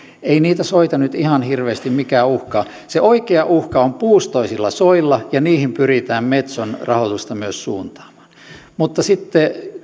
ei niitä soita nyt ihan hirveästi mikään uhkaa se oikea uhka on puustoisilla soilla ja niihin pyritään metson rahoitusta myös suuntaamaan sitten